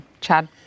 Chad